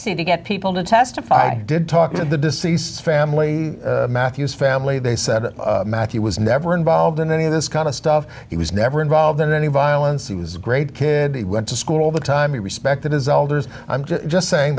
y to get people to testify i did talk to the deceased family matthews family they said matthew was never involved in any of this kind of stuff he was never involved in any violence he was a great kid he went to school all the time he respected his olders i'm just saying